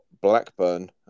Blackburn